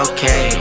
Okay